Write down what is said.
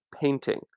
painting